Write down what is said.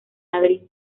madrid